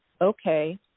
okay